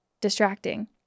distracting